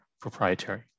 proprietary